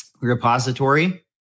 repository